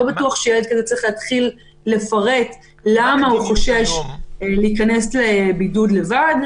ולא בטוח שילד כזה צריך לפרט למה הוא חושש להיכנס לבידוד לבד.